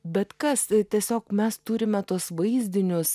bet kas tiesiog mes turime tuos vaizdinius